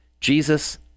Jesus